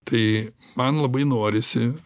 tai man labai norisi